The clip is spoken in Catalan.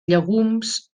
llegums